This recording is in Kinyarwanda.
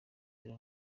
dore